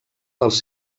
dels